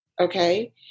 okay